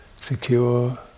secure